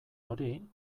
hori